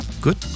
Good